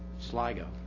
Sligo